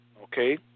Okay